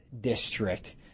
District